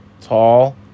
Tall